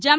Jammu